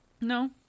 no